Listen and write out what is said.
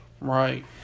Right